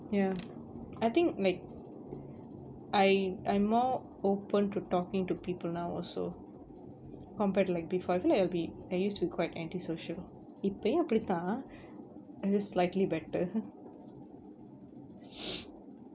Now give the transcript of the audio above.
ya I think like I'm I'm more open to talking to people now also compared to like before I feel like it'll be I used to be quite anti social இப்பயும் அப்படி தான்:ippayum appadi thaan I just slightly better